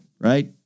right